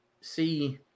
see